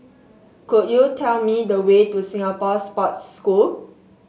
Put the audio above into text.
could you tell me the way to Singapore Sports School